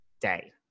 day